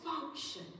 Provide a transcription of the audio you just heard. function